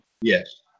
Yes